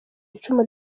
icumu